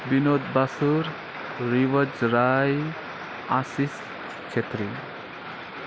Vinod Basur Riwaj Rai Ashish Chhetri